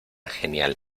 genial